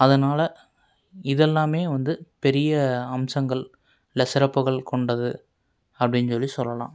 அதனால் இதெல்லாம் வந்து பெரிய அம்சங்கள் இல்லை சிறப்புகள் கொண்டது அப்படின்னு சொல்லி சொல்லலாம்